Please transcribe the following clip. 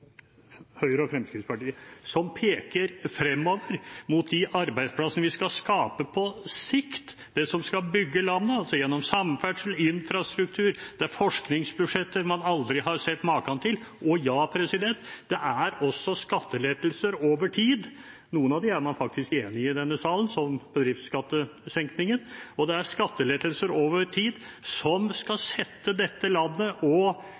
Høyre og Fremskrittspartiet som peker fremover mot de arbeidsplassene vi skal skape på sikt, mot det som skal bygge landet, gjennom samferdsel og infrastruktur. Det er forskningsbudsjetter man aldri har sett maken til. Og ja, det er også skattelettelser over tid. Noen av dem er man faktisk enige om i denne salen, slik som bedriftsskattesenkningen. Det er skattelettelser over tid som skal sette dette landet og